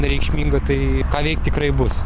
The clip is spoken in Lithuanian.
nereikšmingo tai ką veikti tikrai bus